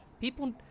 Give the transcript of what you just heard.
people